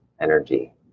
energy